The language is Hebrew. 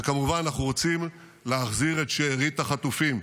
וכמובן, אנחנו רוצים להחזיר את שארית החטופים.